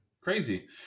crazy